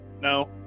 No